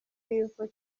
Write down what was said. yuko